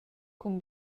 cun